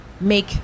make